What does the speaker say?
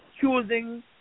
choosing